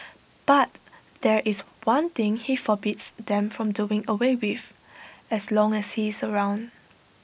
but there is one thing he forbids them from doing away with as long as he is around